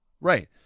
Right